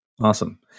Awesome